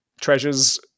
treasures